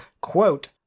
quote